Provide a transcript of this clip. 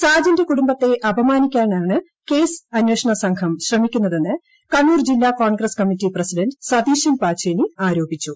സാജന്റെ കുടുംബത്തെ അപമാനിക്കാനാണ് കേസ് അന്വേഷണ് സ്പ്രംഘം ശ്രമിക്കുന്നതെന്ന് കണ്ണൂർ ജില്ലാ കോൺഗ്രസ് കമ്മറ്റി ക്ട്രസിറ്റ്ഡ്ണ്ട് സതീശൻ പാച്ചേനി ആരോപിച്ചു